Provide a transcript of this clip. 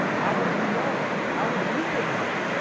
how would you know? how would uber know?